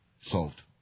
solved